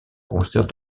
concert